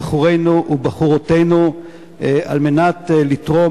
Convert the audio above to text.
כמה אלפי מטובי בחורינו ובחורותינו כדי לתרום